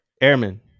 Airmen